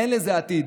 אין לזה עתיד.